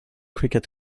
cricket